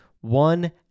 one